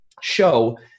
show